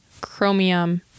chromium